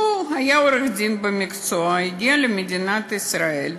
הוא היה עורך-דין במקצועו, הגיע למדינת ישראל,